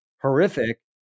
horrific